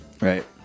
Right